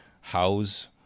house